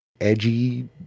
edgy